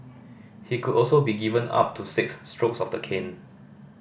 he could also be given up to six strokes of the cane